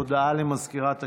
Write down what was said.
הודעה למזכירת הכנסת,